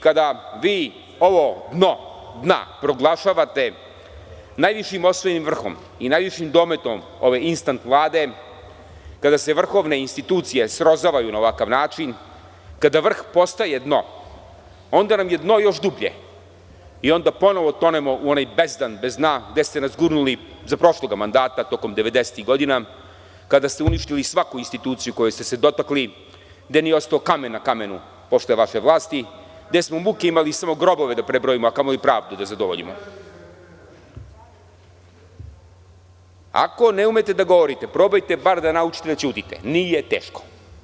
Kada vi ovo dno dna proglašavate najvišim osvojenim vrhom i najvišim dometom ove instant Vlade, kada se vrhovne institucije srozavaju na ovakav način, kada vrh postaje dno, onda nam je dno još dublje i onda ponovo tonemo u onaj bezdan bez dna, gde ste nas gurnuli za prošlog mandata, tokom 90-ih godina, kada ste uništili svaku instituciju koje ste se dotakli, gde nije ostao kamen na kamenu posle vaše vlasti, gde smo muke imali samo grobove da prebrojimo, a kamoli pravdu da zadovoljimo. (Narodni poslanik SNS dobacuje s mesta: Šta ste vi uradili za period vaše vladavine?) Ako ne umete da govorite, probajte bar da naučite da ćutite, nije teško.